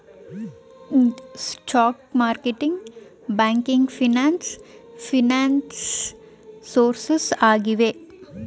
stock marketing, banking finance finance sources ಆಗಿವೆ